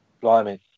blimey